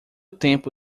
tempo